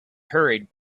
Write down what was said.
hurried